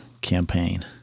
campaign